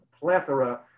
plethora